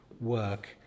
work